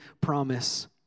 promise